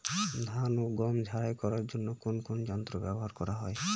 ধান ও গম ঝারাই করার জন্য কোন কোন যন্ত্র ব্যাবহার করা হয়?